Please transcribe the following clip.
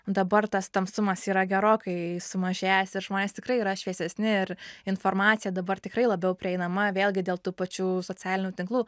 dabar tas tamsumas yra gerokai sumažėjęs ir žmonės tikrai yra šviesesni ir informacija dabar tikrai labiau prieinama vėlgi dėl tų pačių socialinių tinklų